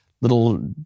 little